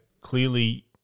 clearly